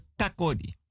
takodi